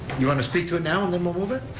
you want to speak to it now and then we'll move it?